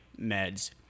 meds